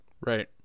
Right